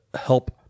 help